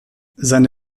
seine